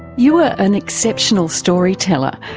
you are an exceptional storyteller.